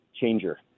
changer